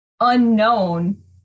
Unknown